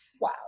wow